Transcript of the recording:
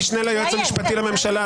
המשנה ליועץ המשפטי לממשלה,